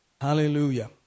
Hallelujah